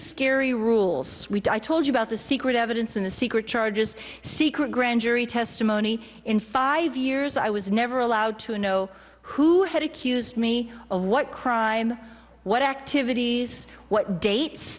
scary rules i told you about the secret evidence in the secret charges secret grand jury testimony in five years i was never allowed to know who had accused me of what crime what activities what dates